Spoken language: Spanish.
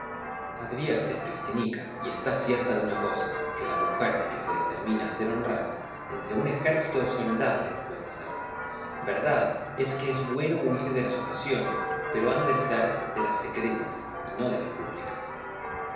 advierte cristinica y está cierta de una cosa que la mujer que se determina a ser honrada entre un ejército de soldados lo puede ser verdad es que es bueno huir de las ocasiones pero han de ser de las secretas y no de las públicas